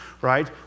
right